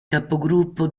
capogruppo